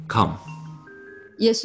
Come